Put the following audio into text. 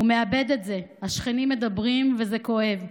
/ הוא מאבד את זה, השכנים מדברים, / וזה כואב.